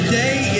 Today